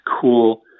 cool